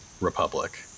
Republic